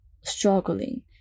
struggling